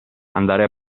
andare